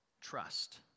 trust